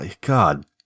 God